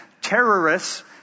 terrorists